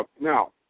now